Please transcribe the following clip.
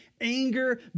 anger